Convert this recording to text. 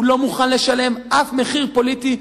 הוא לא מוכן לשלם אף מחיר פוליטי,